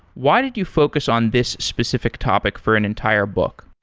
why did you focus on this specific topic for an entire book?